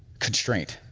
constraint.